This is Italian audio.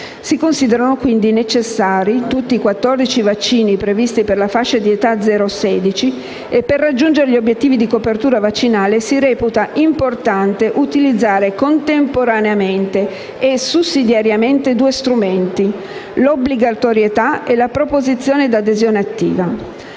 Si considerano quindi necessari tutti i quattordici vaccini previsti per la fascia di età compresa tra zero e sedici anni. Per raggiungere gli obiettivi di copertura vaccinale si reputa importante utilizzare contemporaneamente e sussidiariamente due strumenti, quali l'obbligatorietà e la proposizione e adesione attiva,